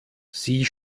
sie